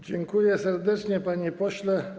Dziękuję serdecznie, panie pośle.